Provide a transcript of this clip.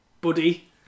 buddy